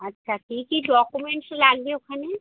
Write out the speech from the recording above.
আচ্ছা কী কী ডকুমেন্টস লাগবে ওখানে